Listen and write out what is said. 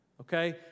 okay